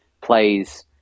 plays